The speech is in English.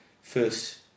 first